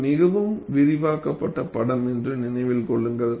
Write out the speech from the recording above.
இது மிகவும் விரிவாக்கப்பட்ட படம் என்று நினைவில் கொள்ளுங்கள்